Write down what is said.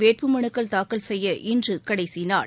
வேட்பு மனுக்கள் தாக்கல்செய்ய இன்று கடைசிநாள்